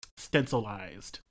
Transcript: stencilized